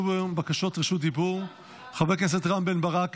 בקשות רשות דיבור: חבר הכנסת רם בן ברק,